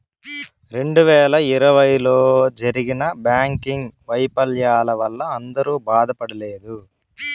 రెండు వేల ఇరవైలో జరిగిన బ్యాంకింగ్ వైఫల్యాల వల్ల అందరూ బాధపడలేదు